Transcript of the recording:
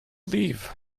leave